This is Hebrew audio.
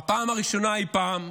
בפעם הראשונה אי פעם,